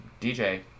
DJ